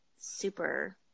super